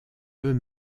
eux